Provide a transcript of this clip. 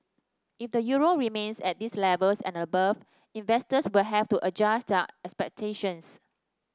if the euro remains at these levels and above investors will have to adjust their expectations